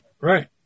Right